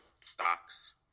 stocks